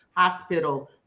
Hospital